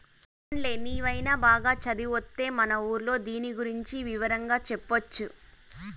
పోన్లే నీవైన బాగా చదివొత్తే మన ఊర్లో దీని గురించి వివరంగా చెప్పొచ్చు